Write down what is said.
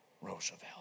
Roosevelt